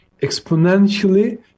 exponentially